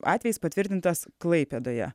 atvejis patvirtintas klaipėdoje